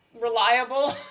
reliable